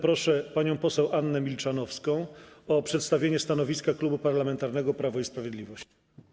Proszę panią poseł Annę Milczanowską o przedstawienie stanowiska Klubu Parlamentarnego Prawo i Sprawiedliwość.